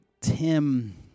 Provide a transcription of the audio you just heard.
tim